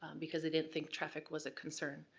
because they didn't think traffic was a concern.